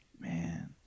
Man